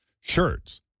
shirts